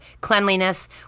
cleanliness